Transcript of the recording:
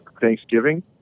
Thanksgiving